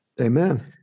Amen